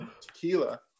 Tequila